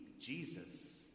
Jesus